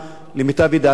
למיטב ידיעתי,